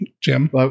Jim